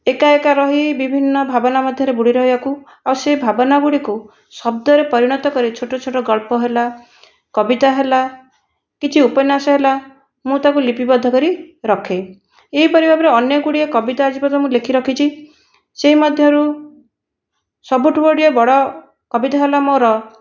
ଏକା ଏକା ରହି ବିଭିନ୍ନ ଭାବନା ମଧ୍ୟରେ ବୁଡ଼ି ରହିବାକୁ ଆଉ ସେହି ଭାବନାଗୁଡ଼ିକୁ ଶବ୍ଦରେ ପରିଣତ କରି ଛୋଟ ଛୋଟ ଗଳ୍ପ ହେଲା କବିତା ହେଲା କିଛି ଉପନ୍ୟାସ ହେଲା ମୁଁ ତାକୁ ଲିପିବଦ୍ଧ କରି ରଖେ ଏହିପରି ଭାବରେ ଅନେକଗୁଡ଼ିଏ କବିତା ଆଜି ପର୍ଯ୍ୟନ୍ତ ମୁଁ ଲେଖି ରଖିଛି ସେହି ମଧ୍ୟରୁ ସବୁଠୁ ଗୋଟିଏ ବଡ଼ କବିତା ହେଲା ମୋର